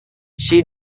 she